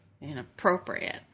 Inappropriate